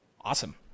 Awesome